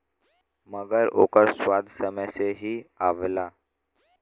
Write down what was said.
मगर ओकर स्वाद समय से ही आवला